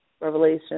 Revelation